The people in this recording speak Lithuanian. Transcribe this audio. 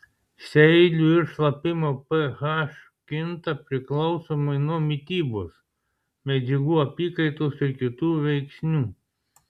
seilių ir šlapimo ph kinta priklausomai nuo mitybos medžiagų apykaitos ir kitų veiksnių